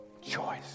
choice